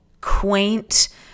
quaint